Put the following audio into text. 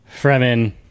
Fremen